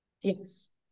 Yes